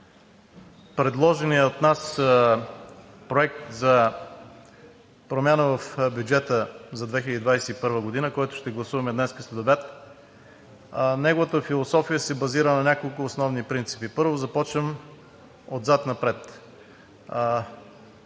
предложения от нас Проект за промяна в бюджета за 2021 г., който ще гласуваме днес следобед, се базира на няколко основни принципа. Първо, започвам отзад напред.